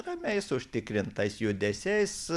ramiais užtikrintais judesiais